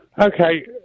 Okay